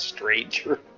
stranger